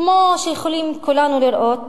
כמו שיכולים כולנו לראות,